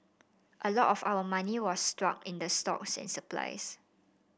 a lot of our money was stuck in the stocks and supplies